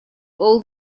all